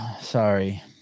sorry